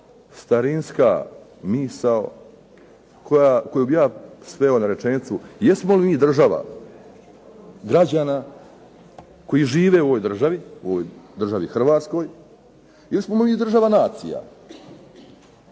starinska misao koju bih ja sveo na rečenicu jesmo li mi država građana koji žive u ovoj državi, u ovoj državi Hrvatskoj, ili smo mi država nacija?